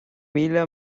míle